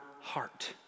heart